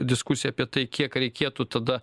diskusija apie tai kiek reikėtų tada